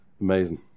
amazing